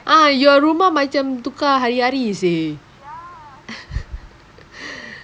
ah your rumah macam tukar hari hari seh